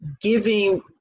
giving